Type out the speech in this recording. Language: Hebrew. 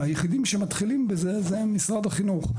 והיחידים שמתחילים בזה הם משרד החינוך,